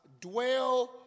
dwell